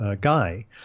guy